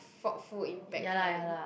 faultful impact kind